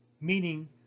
meaning